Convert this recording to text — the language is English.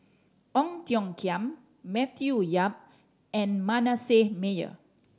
Ong Tiong Khiam Matthew Yap and Manasseh Meyer